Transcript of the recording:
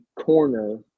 corner